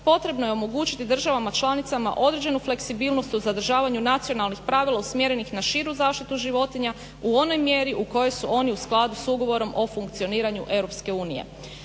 potrebno je omogućiti državama članicama određenu fleksibilnost o zadržavanju nacionalnih pravila usmjerenih na širu zaštitu životinja u onoj mjeri u kojoj su oni u skladu s ugovorom o funkcioniranju EU.